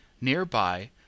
nearby